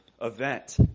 event